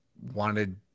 Wanted